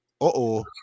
uh-oh